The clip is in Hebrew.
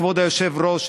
כבוד היושב-ראש,